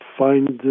find